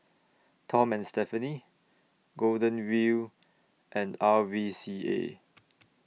Tom and Stephanie Golden Wheel and R V C A